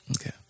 Okay